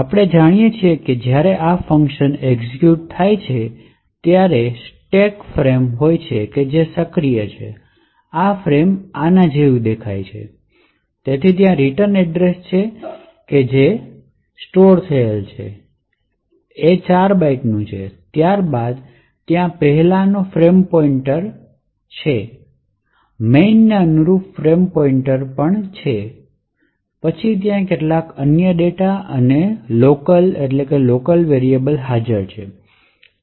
આપણે જાણીએ છીએ કે જ્યારે આ ફંક્શન એક્ઝીક્યુટથાય છે ત્યાં સ્ટેક ફ્રેમ હોય છે જે સક્રિય છે અને આ ફ્રેમ આના જેવો દેખાય છે તેથી ત્યાં રીટર્ન એડ્રેસ છે જે સંગ્રહિત છે જે 4 બાઇટ્સનું છે ત્યારબાદ ત્યાં પહેલાનો ફ્રેમ પોઇન્ટર છે main ને અનુરૂપ ફ્રેમ પોઇન્ટર પછી ત્યાં કેટલાક અન્ય ડેટા અને લોકલ હાજર છે